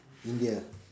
India